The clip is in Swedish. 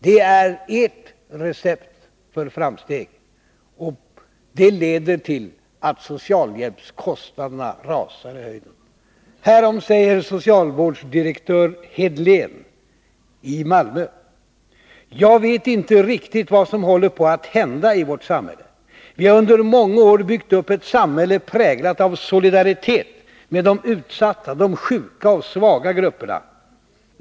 Det är ert recept för framsteg, och det leder till att socialhjälpskostnaderna rusar i höjden. Härom säger socialvårdsdirektör Hedlén i Malmö: ”Jag vet inte riktigt vad som håller på att hända i vårt samhälle. Vi har ju under många år byggt upp ett samhälle präglat av solidaritet med de utsatta, de sjuka och svaga grupperna.